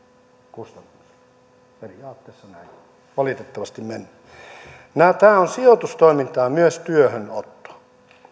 kustannus periaatteessa näin valitettavasti näin tämä on sijoitustoimintaa myös työhönotto